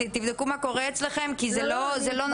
אתם תבדקו מה קורה אצלכם כי זה לא נכון